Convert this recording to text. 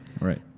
Right